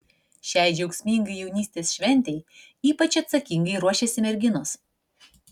šiai džiaugsmingai jaunystės šventei ypač atsakingai ruošiasi merginos